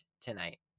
tonight